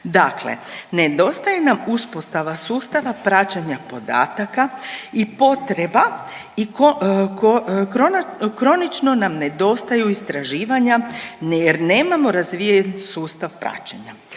Dakle, nedostaje nam uspostava sustava praćenja podataka i potreba i kronično nam nedostaju istraživanja jer nemamo razvijen sustav praćenja.